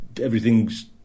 everything's